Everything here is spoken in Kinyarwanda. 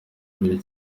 abiri